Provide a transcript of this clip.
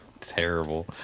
terrible